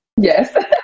Yes